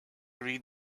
read